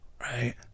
Right